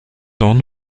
don